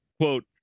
quote